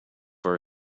our